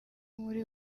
muri